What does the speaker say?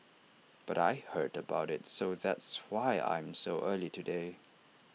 but I heard about IT so that's why I'm so early today